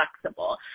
flexible